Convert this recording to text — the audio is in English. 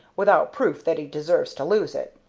without proof that he deserves to lose it.